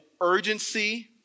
urgency